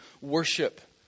worship